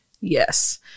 Yes